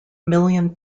million